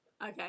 Okay